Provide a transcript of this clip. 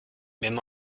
même